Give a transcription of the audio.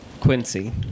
quincy